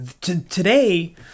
today